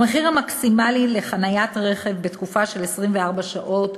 המחיר המקסימלי לחניית רכב במשך 24 שעות,